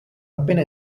appena